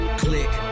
click